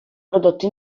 prodotto